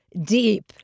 Deep